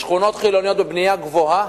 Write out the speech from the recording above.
בשכונות חילוניות בבנייה גבוהה,